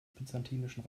byzantinischen